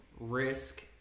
Risk